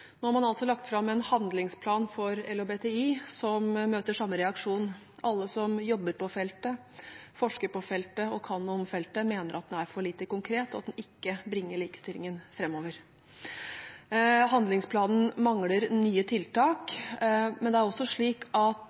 Nå har man lagt fram en handlingsplan for LHBTI som møter samme reaksjon. Alle som jobber på feltet, forsker på feltet og kan noe om feltet, mener at den er for lite konkret, og at den ikke bringer likestillingen framover. Handlingsplanen mangler nye tiltak. Men det er også slik at